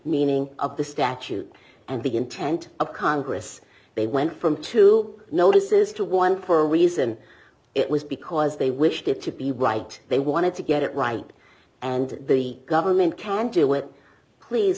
meaning of the statute and begin tent of congress they went from two notices to one per reason it was because they wished it to be right they wanted to get it right and the government can't do it please